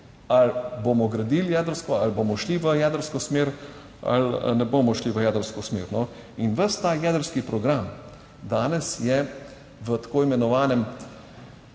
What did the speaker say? ali bomo gradili jedrsko ali bomo šli v jedrsko smer ali ne bomo šli v jedrsko smer. In ves ta jedrski program danes je v tako imenovanem